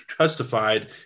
justified